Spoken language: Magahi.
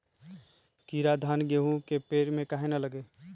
कीरा धान, गेहूं के पेड़ में काहे न लगे?